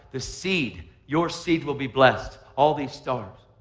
the seed. your seed will be blessed. all these stars.